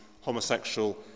homosexual